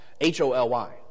H-O-L-Y